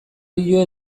dio